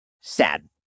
sad